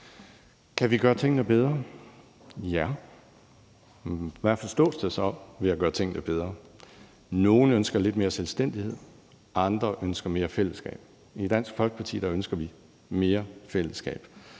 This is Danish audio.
Kan vi gøre tingene bedre? Ja. Hvad forstås der så ved at gøre tingene bedre? Nogle ønsker lidt mere selvstændighed, andre ønsker mere fællesskab. I Dansk Folkeparti ønsker vi mere fællesskab.